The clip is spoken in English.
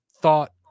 thought